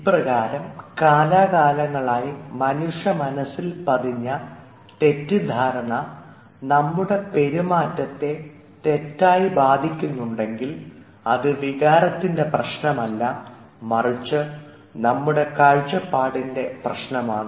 ഇപ്രകാരം കാലാകാലങ്ങളായി മനുഷ്യമനസ്സിൽ പതിഞ്ഞ തെറ്റിദ്ധാരണ നമ്മുടെ പെരുമാറ്റത്തെ തെറ്റായി ബാധിക്കുന്നുണ്ടെങ്കിൽ അത് വികാരത്തിൻറെ പ്രശ്നമല്ല മറിച്ച് നമ്മുടെ കാഴ്ചപ്പാടിൻറെ പ്രശ്നമാണ്